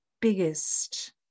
biggest